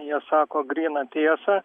jie sako gryną tiesą